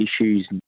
issues